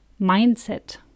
mindset